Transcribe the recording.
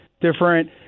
different